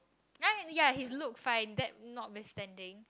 ya his look fine that not withstanding